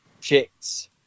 chicks